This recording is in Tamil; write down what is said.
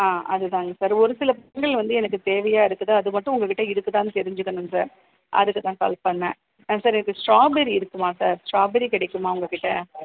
ஆ அதுதாங்க சார் ஒரு சில பழங்கள் வந்து எனக்கு தேவையாக இருக்குது அது மட்டும் உங்கள் கிட்ட இருக்குதான்னு தெரிஞ்சிக்கணுங்க சார் அதுக்கு தான் கால் பண்ணேன் ஆ சார் எனக்கு ஸ்டாபெரி இருக்குமா சார் ஸ்டாபெரி கிடைக்குமா உங்கள்கிட்ட